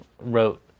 wrote